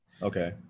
Okay